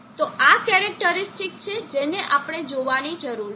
તો આ તે કેરેકટરીસ્ટીક છે જેને આપણે જોવાની જરૂર છે